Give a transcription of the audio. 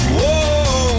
Whoa